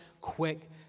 quick